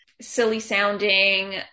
silly-sounding